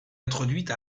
introduite